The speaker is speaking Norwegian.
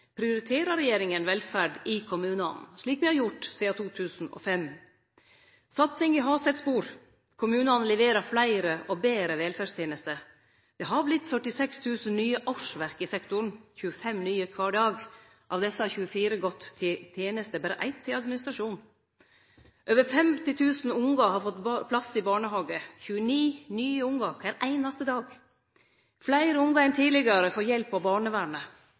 prioriterer regjeringa velferd i kommunane, slik me har gjort sidan 2005. Satsinga har sett spor. Kommunane leverer fleire og betre velferdstenester. Det har vorte 46 000 nye årsverk i sektoren, 25 nye kvar dag. Av desse har 24 gått til tenester, berre eitt til administrasjon. Over 50 000 barn har fått plass i barnehage, 29 nye barn kvar einaste dag. Fleire barn enn tidlegare får hjelp av barnevernet.